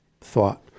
thought